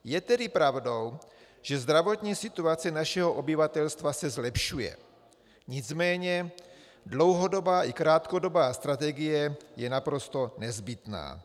Je tedy pravdou, že zdravotní situace našeho obyvatelstva se zlepšuje, nicméně dlouhodobá i krátkodobá strategie je naprosto nezbytná.